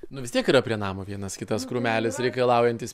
nu vis tiek yra prie namo vienas kitas krūmelis reikalaujantis